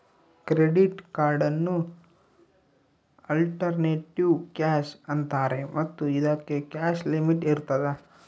credit ಕಾರ್ಡನ್ನು alternative cash ಅಂತಾರೆ ಮತ್ತು ಇದಕ್ಕೆ ಕ್ಯಾಶ್ ಲಿಮಿಟ್ ಇರ್ತದ